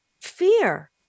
fear